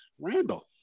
Randall